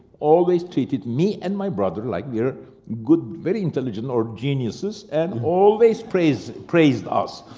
always treated me and my brother like we are good, very intelligent or geniuses, and always praised praised us.